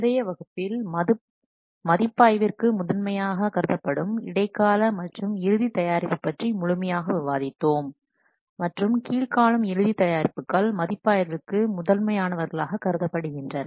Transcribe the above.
முந்தைய வகுப்பில் பொதுவாக மதிப்பாய்விற்கு முதன்மையானதாக கருதப்படும் இடைக்கால மற்றும் இறுதி தயாரிப்பு பற்றி முழுமையாக விவாதித்தோம் மற்றும் கீழ்காணும் இறுதி தயாரிப்புகள் மதிப்பாய்விற்கு முதன்மையானவர்களாக கருதப்படுகின்றன